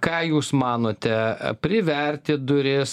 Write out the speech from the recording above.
ką jūs manote priverti duris